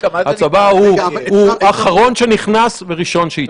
השב"כ הוא אחרון שנכנס וראשון שיצא.